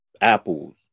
apples